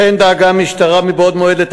לכן דאגה המשטרה לתגבר מבעוד מועד את